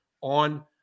on